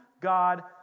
God